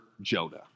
Jonah